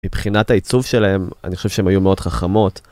מבחינת העיצוב שלהם אני חושב שהם היו מאוד חכמות.